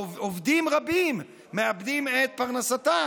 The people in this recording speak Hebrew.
עובדים רבים מאבדים את פרנסתם.